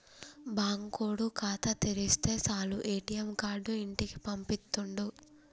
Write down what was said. బాంకోడు ఖాతా తెరిస్తె సాలు ఏ.టి.ఎమ్ కార్డు ఇంటికి పంపిత్తుండు